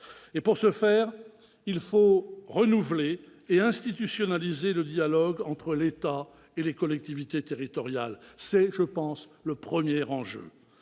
Pour ce faire, il faut renouveler et institutionnaliser le dialogue entre l'État et les collectivités territoriales, c'est le premier enjeu.